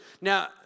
now